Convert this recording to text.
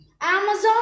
Amazon